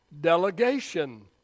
delegation